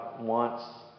wants